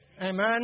Amen